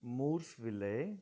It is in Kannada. ಮೂರ್ಸವಿಲ್ಲೆ